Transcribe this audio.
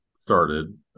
started